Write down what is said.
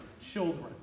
children